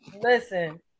Listen